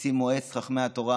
נשיא מועצת חכמי התורה